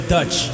Dutch